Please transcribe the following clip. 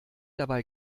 dabei